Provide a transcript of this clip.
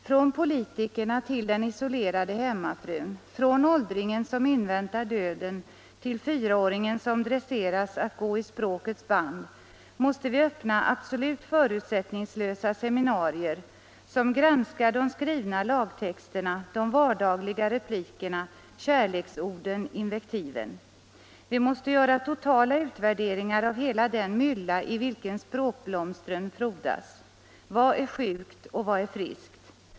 Från politikerna till den isolerade hemmafrun, från åldringen som inväntar döden till fyraåringen som dresseras att gå i språkets band, måste vi öppna absolut förutsättningslösa seminarier, som granskar de skrivna lagtexterna, de vardagliga replikerna, kärleksorden, invektiven. Vi måste göra totala utvärderingar av hela den mylla i vilken språkblomstren frodas. Vad är sjukt och vad är friskt?